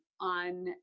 on